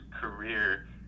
career